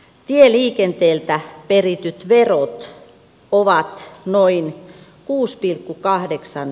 tieliikenteeltä perityt verot olla noin kuusi pilkku kahdeksan